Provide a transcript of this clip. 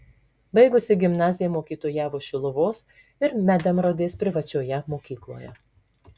baigusi gimnaziją mokytojavo šiluvos ir medemrodės privačioje mokykloje